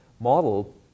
model